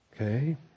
Okay